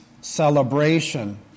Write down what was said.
Celebration